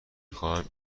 خواهم